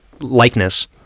likeness